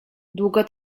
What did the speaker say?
długo